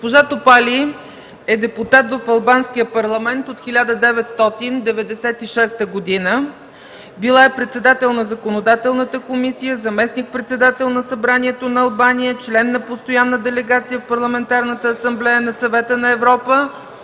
Госпожа Топали е депутат в Албанския парламент от 1996 г. Била е председател на Законодателната комисия, заместник-председател на Събранието на Албания, член на Постоянна делегация в Парламентарната асамблея на Съвета на Европа,